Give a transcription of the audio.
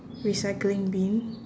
recycling bin